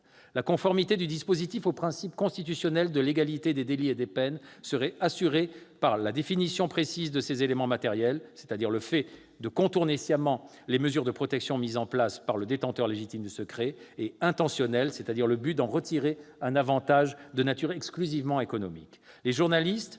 La conformité du dispositif au principe constitutionnel de légalité des délits et des peines serait assurée par la définition précise de ses éléments matériel- le fait de contourner sciemment les mesures de protection mises en place par le détenteur légitime du secret -et intentionnel- le but d'en retirer un avantage de nature exclusivement économique. Les journalistes,